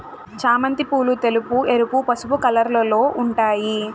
చామంతి పూలు తెలుపు, ఎరుపు, పసుపు కలర్లలో ఉంటాయి